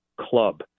club